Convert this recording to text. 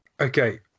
Okay